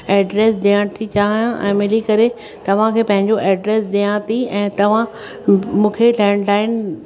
address ॾियण थी चाहियां ऐं मिली करे तव्हांखे पंहिंजो एड्रेस ॾियां थी ऐं तव्हां मूंखे लैंडलाइन